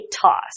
toss